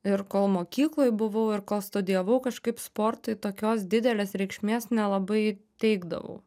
ir kol mokykloj buvau ir kol studijavau kažkaip sportui tokios didelės reikšmės nelabai teikdavau